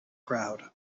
crowd